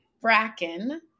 Bracken